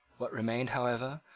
what remained, however,